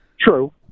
True